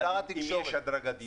אבל אם יש הדרגתיות,